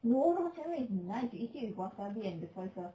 no salmon is nice you eat it with wasabi and the soy sauce